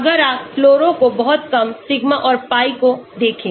अगर आप फ्लोरो को बहुत कम सिग्मा और pi को देखें